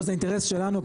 זה אינטרס שלנו.